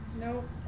Nope